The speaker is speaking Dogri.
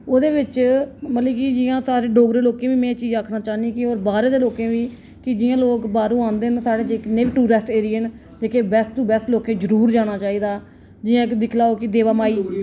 ओह्दे बिच्च मतलब कि जियां कि सारें डोगरें लोकें गी बी मैं एह् चीज़ आक्खना चाह्न्नीं कि ओह् बाह्रे दे लोकें गी बी कि जियां लोक बाह्रा आंदे न जियां साढ़े जिन्ने बी टुरिस्ट एरिये न जेह्के बेस्ट तू बेस्ट लोकें जरूर जाना चाहिदा जियां कि दिक्खी लैओ कि देवा माई